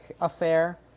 affair